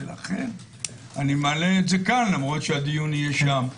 לכן אני מעלה את זה כאן למרות שהדיון יהיה שם.